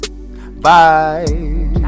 Bye